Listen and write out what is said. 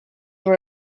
were